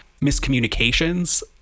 miscommunications